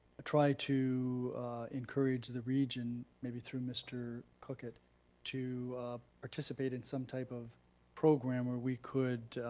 try to encourage the region, maybe through mr. cookit to participate in some type of program where we could